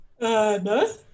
no